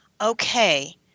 okay